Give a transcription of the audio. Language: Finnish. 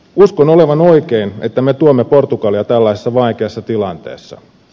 uskon olevan oikein että me tuemme portugalia tällaisessa vaikeassa tilanteessa